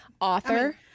author